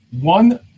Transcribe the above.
one